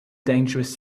dangerous